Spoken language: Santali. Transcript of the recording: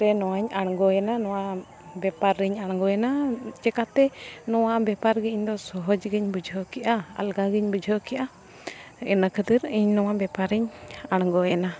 ᱨᱮ ᱱᱚᱣᱟᱧ ᱟᱬᱜᱚᱭᱮᱱᱟ ᱱᱚᱣᱟ ᱵᱮᱯᱟᱨ ᱨᱤᱧ ᱟᱬᱜᱚᱭᱮᱱᱟ ᱪᱮᱠᱟᱛᱮ ᱱᱚᱣᱟ ᱵᱮᱯᱟᱨ ᱜᱮ ᱤᱧ ᱫᱚ ᱥᱚᱦᱚᱡᱽ ᱜᱤᱧ ᱵᱩᱡᱷᱟᱹᱣ ᱠᱮᱜᱼᱟ ᱟᱞᱜᱟ ᱜᱮᱧ ᱵᱩᱡᱷᱟᱹᱣ ᱠᱮᱜᱼᱟ ᱤᱱᱟᱹ ᱠᱷᱟᱹᱛᱤᱨ ᱤᱧ ᱱᱚᱣᱟ ᱵᱮᱯᱟᱨᱤᱧ ᱟᱬᱜᱚᱭᱮᱱᱟ